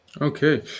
okay